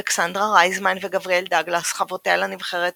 אלכסנדרה רייזמן וגבריאל דאגלס חברותיה לנבחרת,